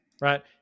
right